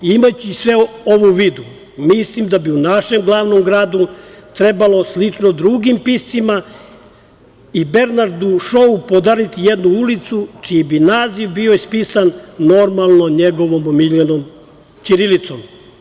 Imajući sve ovo u vidu, mislim da bi u našem glavnom gradu trebalo slično drugim piscima i Bernardu Šou podariti jednu ulicu, čiji bi naziv bio ispisan njegovom omiljenom ćirilicom.